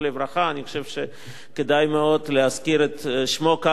אני חושב שכדאי להזכיר את שמו כאן היום,